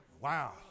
Wow